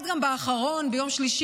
בהם, ובמיוחד גם באחרון, ביום שלישי,